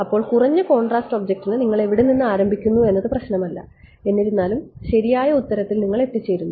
അതിനാൽ കുറഞ്ഞ കോൺട്രാസ്റ്റ് ഒബ്ജക്റ്റിന് നിങ്ങൾ എവിടെ നിന്ന് ആരംഭിക്കുന്നു എന്നത് പ്രശ്നമല്ല എന്നിരുന്നാലും ശരിയായ ഉത്തരത്തിൽ നിങ്ങൾ എത്തിച്ചേരുന്നു